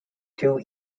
two